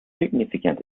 significant